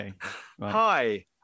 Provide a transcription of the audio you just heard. Hi